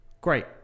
Great